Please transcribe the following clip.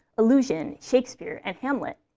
allusion, shakespeare, and hamlet.